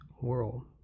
world